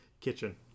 kitchen